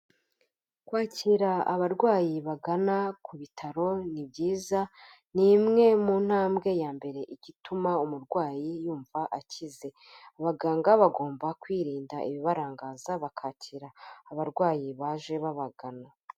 Kwakira abarwayi bagana ku bitaro ni byiza ni imwe mu ntambwe ya mbere ituma umurwayi yumva akize, abaganga bagomba kwirinda ibibarangaza bakakira abarwayi baje babagana.